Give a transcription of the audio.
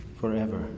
forever